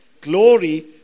glory